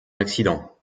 accident